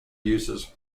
uses